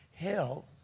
Hell